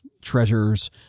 treasures